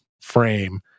frame